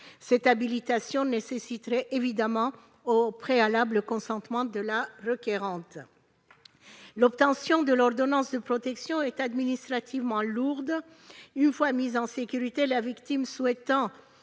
Cette habilitation nécessiterait évidemment au préalable le consentement de la requérante. L'obtention de l'ordonnance de protection est administrativement lourde. Une fois mise en sécurité, la victime souhaitant